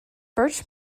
birch